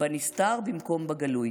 בנסתר במקום בגלוי.